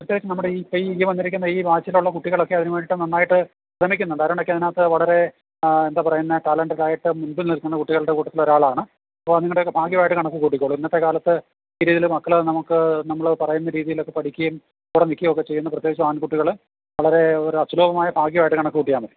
പ്രത്യേകിച്ച് നമ്മുടെ ഈ ഇപ്പം ഈ ഈ വന്നിരിക്കുന്ന ഈ ബാച്ചിലുള്ള കുട്ടികളൊക്കെ അതിനു വേണ്ടിയിട്ട് നന്നായിട്ട് ശ്രമിക്കുന്നുണ്ട് അരുണൊക്കെ അതിനകത്ത് വളരെ എന്താ പറയുന്നത് ടാലൻ്റഡ് ആയിട്ട് മുമ്പിൽ നിൽക്കുന്ന കുട്ടികളുടെ കൂട്ടത്തിൽ ഒരാളാണ് ഇപ്പോൾ നിങ്ങളുടെയൊക്കെ ഭാഗ്യമായിട്ട് കണക്കുകൂട്ടിക്കോളൂ ഇന്നത്തെ കാലത്ത് ഈ രീതിയിൽ മക്കളെ നമുക്ക് നമ്മൾ പറയുന്ന രീതിയിലൊക്കെ പഠിക്കയും കൂടെ നിൽക്കയൊക്കെ ചെയ്യുന്ന പ്രത്യേകിച്ച് ആൺകുട്ടികൾ വളരെ ഒരു അസുലഭമായ ഭാഗ്യമായിട്ട് കണക്കു കൂട്ടിയാൽ മതി